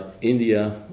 India